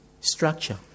structure